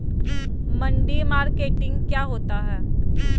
मंडी मार्केटिंग क्या होता है?